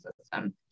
system